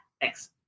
Thanks